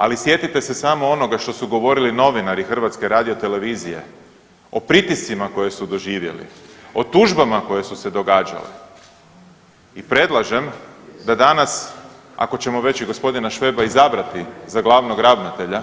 Ali, sjetite se samo onoga što su govorili novinari HRT-a o pritiscima koje su doživjeli, o tužbama koje su se događale i predlažem, da danas, ako ćemo već i g. Šveba izabrati za glavnog ravnatelja,